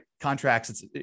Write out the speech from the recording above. Contracts